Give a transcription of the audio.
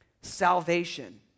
salvation